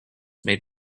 made